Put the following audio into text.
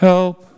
Help